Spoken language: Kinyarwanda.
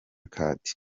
card